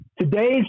today's